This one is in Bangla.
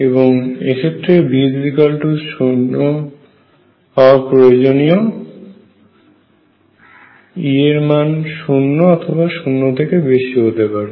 এবং এক্ষেত্রে V0 হওয়া প্রয়োজনীয় E এর মান 0 অথবা শূন্য থেকে বেশি হতে পারে